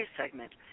segment